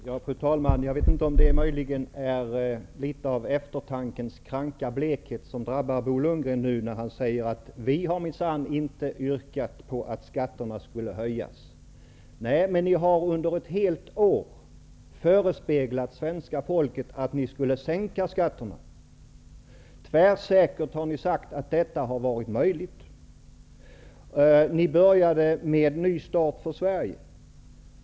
Fru talman! Jag vet inte om det möjligen är litet av eftertankens kranka blekhet som drabbar Bo Lundgren nu när han säger: Vi har minsann inte yrkat på att skatterna skulle höjas. Nej, men ni har under ett helt år förespeglat svenska folket att ni skulle sänka skatten. Tvärsäkert har ni sagt att detta har varit möjligt. Ni började med Ny start för Sverige.